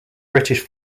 british